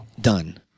Done